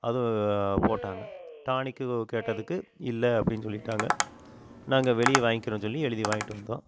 அதுவும் போட்டாங்க டானிக்கு கேட்டதுக்கு இல்லை அப்படின்னு சொல்லிட்டாங்க நாங்கள் வெளியே வாங்கிக்கிறோம்னு சொல்லி எழுதி வாங்கிட்டு வந்தோம்